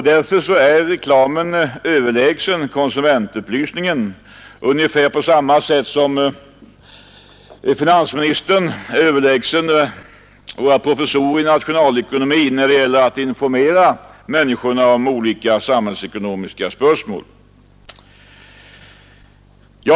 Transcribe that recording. Därför är reklamen överlägsen konsumentupplysningen ungefär på samma sätt som finansministern är överlägsen våra professorer i nationalekonomi när det gäller att informera människorna om olika samhällsekonomiska spörsmål.